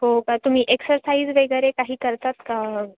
हो का तुम्ही एक्सरसाईज वगैरे काही करतात का